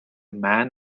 man